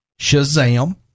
Shazam